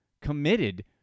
committed